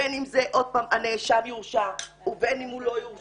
בין אם הנאשם יורשע ובין אם הוא לא יורשע,